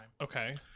Okay